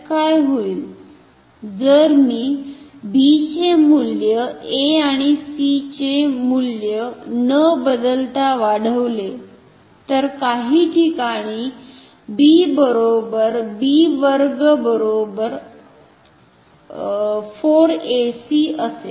तर जर मी b चे मूल्य a आणि c चे मूल्य न बदलता वाढविते तर काही ठिकाणी b बरोबर b वर्ग बरोबर 4 ac असेल